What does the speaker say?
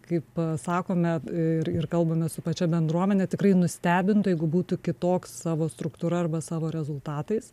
kaip sakome ir ir kalbame su pačia bendruomene tikrai nustebintų jeigu būtų kitoks savo struktūra arba savo rezultatais